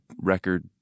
record